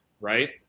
Right